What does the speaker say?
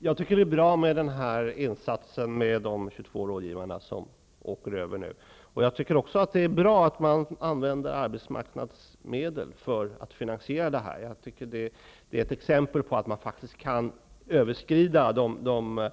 Herr talman! Jag tycker att den insats som består i att 22 rådgivare nu åker över till Baltikum är bra. Det är också bra att man använder arbetsmarknadsmedel för att finansiera detta. Det är ett exempel på att man faktiskt kan överskrida de